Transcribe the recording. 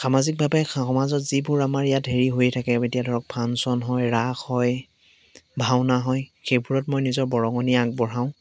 সামাজিকভাৱে সমাজত যিবোৰ আমাৰ ইয়াত হেৰি হৈ থাকে এতিয়া ধৰক ফাংশ্যন হয় ৰাস হয় ভাওনা হয় সেইবোৰত মই নিজৰ বৰঙণি আগবঢ়াওঁ